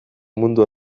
mundu